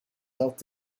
health